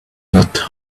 not